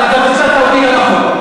אתה גם ציטטת אותי לא נכון.